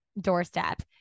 doorstep